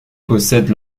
possèdent